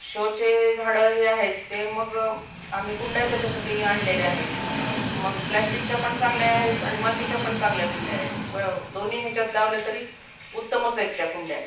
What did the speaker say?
show चे झाडं हे आहेत ते मग आम्ही कुंड्या त्याच्यासाठी आणलेल्या आहेत मग प्लॅस्टिकच्या पण चांगल्या आहेत आणि मातीच्या पण चांगल्या कुंड्या आहेत प दोन्ही ह्याच्यात लावले तरी उत्तमच आहेत त्या कुंड्या